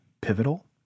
pivotal